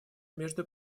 между